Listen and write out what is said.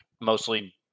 mostly